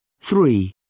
Three